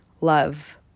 love